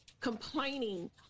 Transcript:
complaining